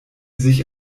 sich